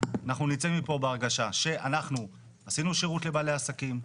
אנחנו נצא מפה בהרגשה שאנחנו עשינו שירות לבעלי העסקים?